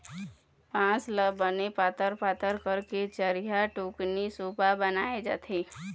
बांस ल बने पातर पातर करके चरिहा, टुकनी, सुपा बनाए जाथे